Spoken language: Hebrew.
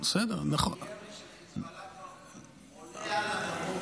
בצפון מירי של חיזבאללה כבר עולה על הדרום, בכמות.